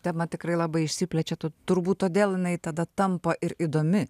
tema tikrai labai išsiplečia tu turbūt todėl jinai tada tampa ir įdomi